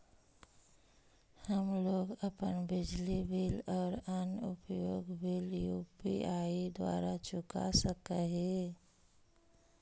हम लोग अपन बिजली बिल और अन्य उपयोगि बिल यू.पी.आई द्वारा चुका सक ही